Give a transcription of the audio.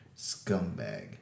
scumbag